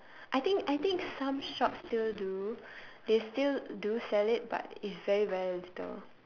I think I think some shops still do they still do sell it but it's very very little